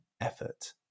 effort